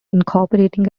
incorporating